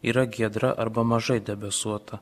yra giedra arba mažai debesuota